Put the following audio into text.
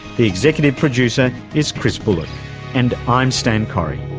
the executive producer is chris bullock and i'm stan correy.